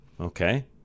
Okay